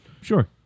Sure